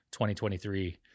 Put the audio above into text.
2023